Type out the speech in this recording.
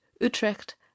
utrecht